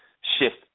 shift